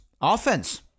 offense